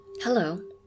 Hello